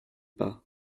pas